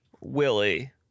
Willie